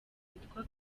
witwa